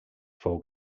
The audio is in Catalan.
fou